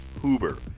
Hoover